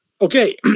okay